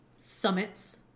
summits